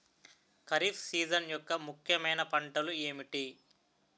Kharif season యెక్క ముఖ్యమైన పంటలు ఏమిటీ?